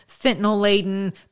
fentanyl-laden